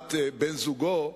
לעומת בן-זוגו,